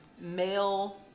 male